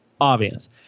Obvious